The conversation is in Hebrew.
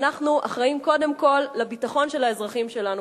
אנחנו אחראים קודם כול לביטחון של האזרחים שלנו,